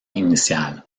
initiale